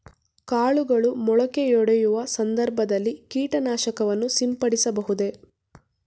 ಕಾಳುಗಳು ಮೊಳಕೆಯೊಡೆಯುವ ಸಂದರ್ಭದಲ್ಲಿ ಕೀಟನಾಶಕವನ್ನು ಸಿಂಪಡಿಸಬಹುದೇ?